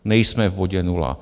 Nejsme v bodě nula.